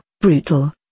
brutal